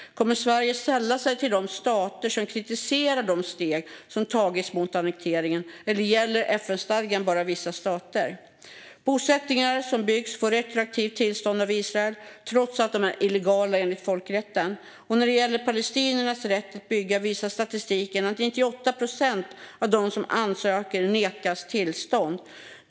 Kommer Sverige att sälla sig till de stater som kritiserar de steg som tagits mot annekteringen, eller gäller FN-stadgan bara vissa stater? Bosättningar som byggs får retroaktiva tillstånd av Israel trots att de är illegala enligt folkrätten. När det gäller palestiniernas rätt att bygga visar statistiken att 98 procent av dem som ansöker nekas tillstånd.